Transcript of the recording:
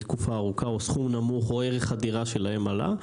תקופה ארוכה או סכום נמוך או ערך הדירה שלהם עלה.